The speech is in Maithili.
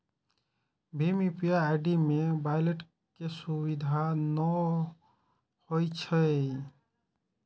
भीम यू.पी.आई मे वैलेट के सुविधा नै होइ छै